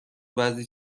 بعضی